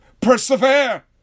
Persevere